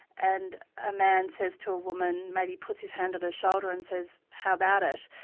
and a man says to a woman, maybe puts his hand on her shoulder and says, how about it?